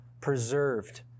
preserved